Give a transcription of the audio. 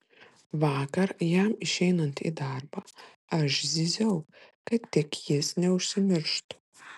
vakar jam išeinant į darbą aš zyziau kad tik jis neužsimirštų